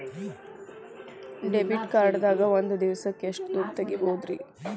Debit card ದಾಗ ಒಂದ್ ದಿವಸಕ್ಕ ಎಷ್ಟು ದುಡ್ಡ ತೆಗಿಬಹುದ್ರಿ?